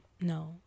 No